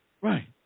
Right